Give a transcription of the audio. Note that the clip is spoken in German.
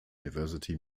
university